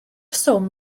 swm